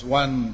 one